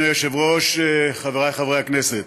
אדוני היושב-ראש, חבריי חברי הכנסת,